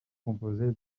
composée